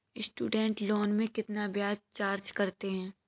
Student loan में कितना ब्याज चार्ज करते हैं?